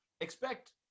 expect